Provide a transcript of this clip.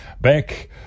back